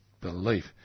belief